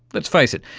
let's face it,